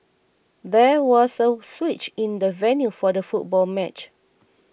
there was a switch in the venue for the football match